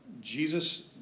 Jesus